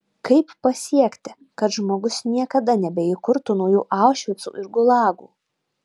kaip pasiekti kad žmogus niekada nebeįkurtų naujų aušvicų ir gulagų